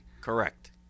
Correct